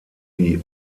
die